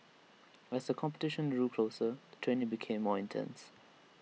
as the competition drew closer the training became more intense